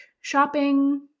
shopping